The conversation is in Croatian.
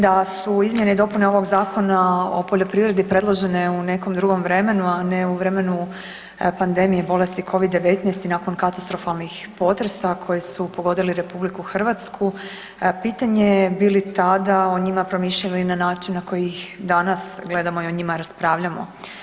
Da su izmjene i dopune ovog Zakona o poljoprivredi predložene u nekom drugom vremenu, a ne u vremenu pandemije bolesti covid 19 nakon katastrofalnih potresa koji su pogodili Republiku Hrvatsku pitanje je bi li tada o njima promišljali na način na koji ih danas gledamo i o njima raspravljamo.